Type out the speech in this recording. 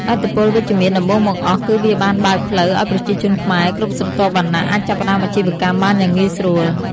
ឥទ្ធិពលវិជ្ជមានដំបូងបង្អស់គឺវាបានបើកផ្លូវឱ្យប្រជាជនខ្មែរគ្រប់ស្រទាប់វណ្ណៈអាចចាប់ផ្តើមអាជីវកម្មបានយ៉ាងងាយស្រួល។